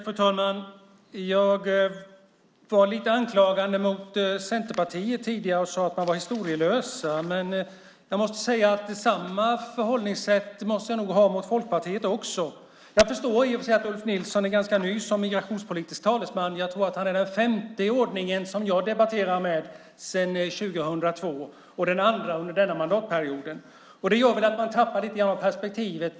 Fru talman! Jag var lite anklagande mot Centerpartiet tidigare och sade att man var historielös. Men jag måste säga att jag nog måste ha samma förhållningssätt mot Folkpartiet. Jag förstår i och för sig att Ulf Nilsson är ganska ny som migrationspolitisk talesman; jag tror att han är den femte i ordningen som jag debatterar med sedan 2002 och den andra under denna mandatperiod. Det gör att man tappar lite perspektiv om man inte läser på.